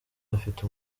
bafite